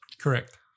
Correct